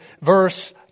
verse